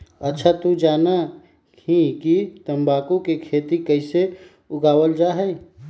अच्छा तू जाना हीं कि तंबाकू के कैसे उगावल जा हई?